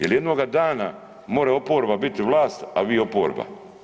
Jer jednoga dana more oporba biti vlast, a vi oporba.